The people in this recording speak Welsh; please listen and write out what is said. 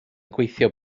gweithio